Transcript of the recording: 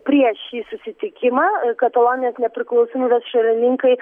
prieš šį susitikimą katalonijos nepriklausomybės šalininkai